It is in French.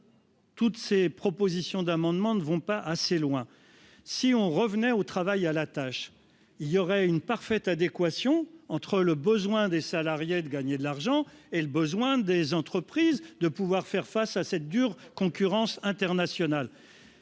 tous ces amendements ne vont pas assez loin. Si l'on revenait au travail à la tâche, il y aurait une parfaite adéquation entre le besoin des salariés de gagner de l'argent et celui qu'ont les entreprises de faire face à la dure concurrence internationale